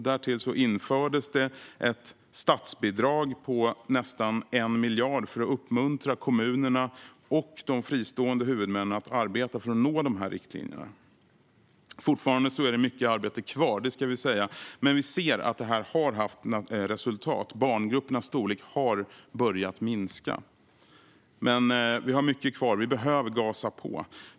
Därtill infördes ett statsbidrag på nästan 1 miljard för att uppmuntra kommunerna och de fristående huvudmännen att arbeta för att nå riktmärkena. Fortfarande är det mycket arbete kvar, det ska sägas, men vi ser att detta har haft resultat. Barngruppernas storlek har börjat minska. Men vi har mycket kvar. Vi behöver gasa på.